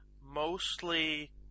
mostly